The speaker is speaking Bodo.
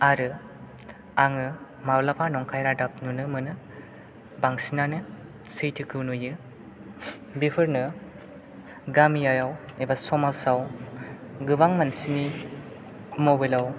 आरो आङो माब्लाबा नंखाय रादाब नुनो मोनो बांसिनानो सैथोखौ नुयो बेफोरनो गामियाव एबा समाजाव गोबां मानसिनि मबाइलआव